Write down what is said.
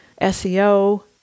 SEO